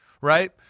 right